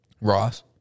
Ross